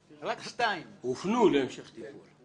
-- הופנו להמשך טיפול.